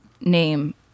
name